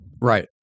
Right